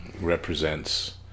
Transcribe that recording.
represents